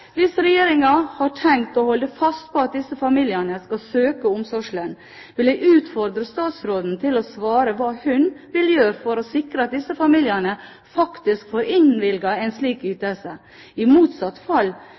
Hvis Regjeringen har tenkt å holde fast på at disse familiene skal søke omsorgslønn, vil jeg utfordre statsråden til å svare hva hun vil gjøre for å sikre at disse familiene faktisk får innvilget en slik ytelse. I motsatt fall